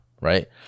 right